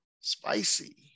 Spicy